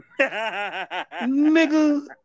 Nigga